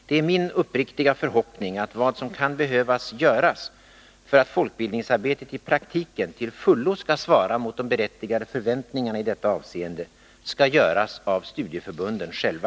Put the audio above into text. Det är min uppriktiga förhoppning att vad som kan behöva göras för att folkbildningsarbetet i praktiken till fullo skall svara mot de berättigade förväntningarna i detta avseende skall göras av studieförbunden själva.